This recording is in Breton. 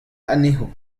anezho